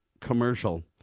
commercial